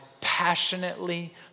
passionately